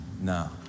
no